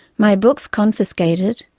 my books confiscated,